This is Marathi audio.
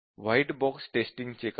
व्हाईट बॉक्स टेस्टींगचे काय